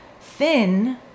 Thin